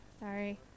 Sorry